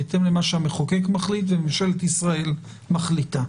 בהתאם למה שהמחוקק מחליט וממשלת ישראל מחליטה.